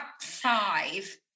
five